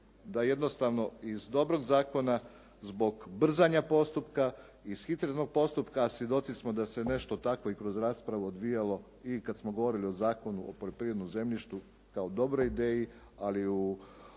da jednostavno iz dobrog zakona zbog brzanja postupka iz hitrenog postupka, a svjedoci smo da se nešto takvo i kroz raspravu odvijalo i kad smo govorili o Zakonu o poljoprivrednom zemljištu kao dobroj ideju, ali